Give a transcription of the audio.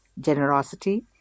generosity